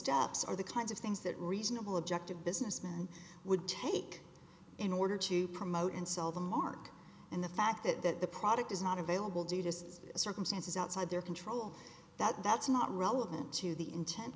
stops are the kinds of things that reasonable objective businessman would take in order to promote and sell the market and the fact that the product is not available due to says circumstances outside their control that that's not relevant to the intent